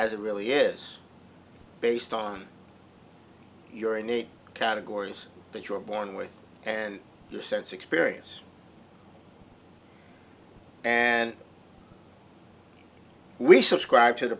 as it really is based on your innate categories that you're born with and the sense experience and we subscribe to the